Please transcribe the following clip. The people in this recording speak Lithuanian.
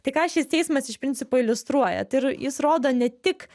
tai ką šis teismas iš principo iliustruoja tai ir jis rodo ne tik